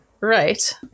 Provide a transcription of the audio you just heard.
Right